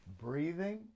breathing